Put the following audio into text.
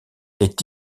est